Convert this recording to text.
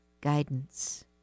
guidance